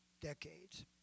decades